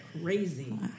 crazy